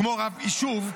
כמו רב יישוב,